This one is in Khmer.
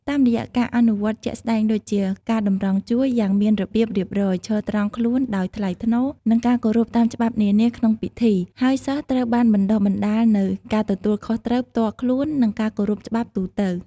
តាមរយៈការអនុវត្តជាក់ស្តែងដូចជា ការតម្រង់ជួរ យ៉ាងមានរបៀបរៀបរយ ឈរត្រង់ខ្លួន ដោយថ្លៃថ្នូរ និងការគោរពតាមច្បាប់នានាក្នុងពិធី ហើយសិស្សត្រូវបានបណ្ដុះបណ្ដាលនូវ ការទទួលខុសត្រូវ ផ្ទាល់ខ្លួន និងការគោរពច្បាប់ទូទៅ។